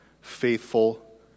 faithful